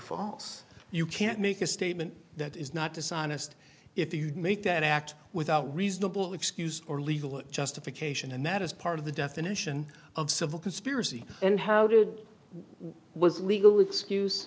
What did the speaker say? false you can't make a statement that is not dishonest if you make that act without reasonable excuse or legal justification and that is part of the definition of civil conspiracy and how did was legal excuse